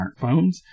smartphones